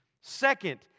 Second